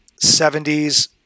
70s